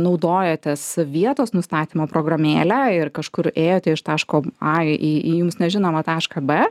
naudojotės vietos nustatymo programėle ir kažkur ėjote iš taško a į į jums nežinomą tašką b